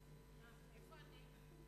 איפה אני?